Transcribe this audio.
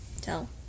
tell